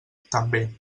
també